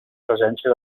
presència